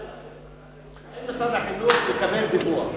האם משרד החינוך מקבל דיווח?